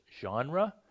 genre